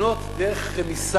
לבנות דרך רמיסה,